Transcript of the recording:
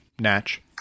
Natch